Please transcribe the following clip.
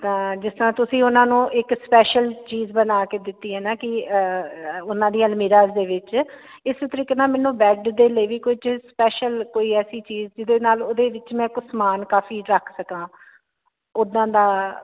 ਤਾਂ ਜਿਸ ਤਰਾਂ ਤੁਸੀਂ ਉਹਨਾਂ ਨੂੰ ਇੱਕ ਸਪੈਸ਼ਲ ਚੀਜ਼ ਬਣਾ ਕੇ ਦਿੱਤੀ ਹੈ ਨਾ ਕਿ ਉਹਨਾਂ ਦੀ ਅਲਮੀਰਾ ਦੇ ਵਿੱਚ ਇਸੇ ਤਰੀਕੇ ਨਾਲ ਮੈਨੂੰ ਬੈਡ ਦੇ ਲਈ ਵੀ ਕੋਈ ਚੀਜ਼ ਸਪੈਸ਼ਲ ਕੋਈ ਐਸੀ ਚੀਜ਼ ਜਿਹਦੇ ਨਾਲ ਉਹਦੇ ਵਿੱਚ ਮੈਂ ਇੱਕ ਸਮਾਨ ਕਾਫੀ ਰੱਖ ਸਕਾਂ ਉੱਦਾਂ ਦਾ